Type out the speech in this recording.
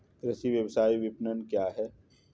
कृषि व्यवसाय विपणन क्या है?